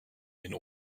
den